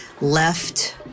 left